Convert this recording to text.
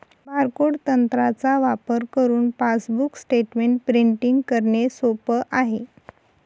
barcode तंत्राचा वापर करुन पासबुक स्टेटमेंट प्रिंटिंग करणे सोप आहे